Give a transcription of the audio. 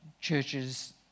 churches